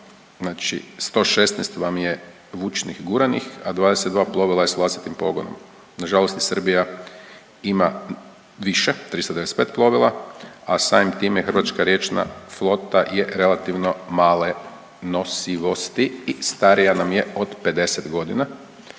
116 vam je vučnih guranih, a 22 plovila je sa vlastitim pogonom. Na žalost i Srbija ima više 395 plovila, a samim tim je hrvatska riječna flota je relativno male nosivosti i starija nam je od 50 godina